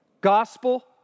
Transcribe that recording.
gospel